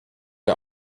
der